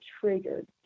triggered